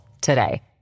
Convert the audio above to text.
today